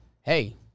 Hey